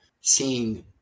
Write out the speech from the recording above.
seeing